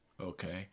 Okay